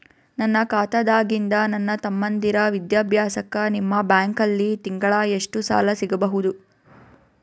ನನ್ನ ಖಾತಾದಾಗಿಂದ ನನ್ನ ತಮ್ಮಂದಿರ ವಿದ್ಯಾಭ್ಯಾಸಕ್ಕ ನಿಮ್ಮ ಬ್ಯಾಂಕಲ್ಲಿ ತಿಂಗಳ ಎಷ್ಟು ಸಾಲ ಸಿಗಬಹುದು?